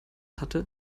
hatte